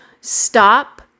stop